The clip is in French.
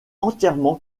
entièrement